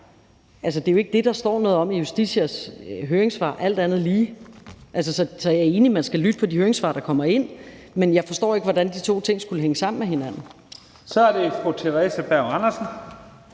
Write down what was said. Det er jo ikke det, der står noget om i Justitias høringssvar, alt andet lige. Jeg er enig i, at man skal lytte til de høringssvar, der kommer, men jeg forstår ikke, hvordan de to ting hænger sammen med hinanden. Kl. 15:46 Første næstformand